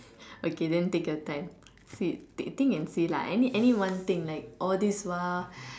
okay then take your time think think and say lah any any one thing like all these while